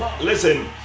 Listen